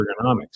ergonomics